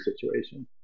situation